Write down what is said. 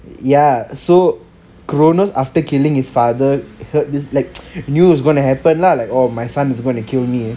ya so cronus after killing his father heard this news he knew was gonna happen lah like oh my son is going to kill me